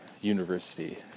university